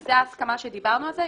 זו ההסכמה שדיברנו על זה.